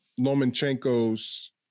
Lomachenko's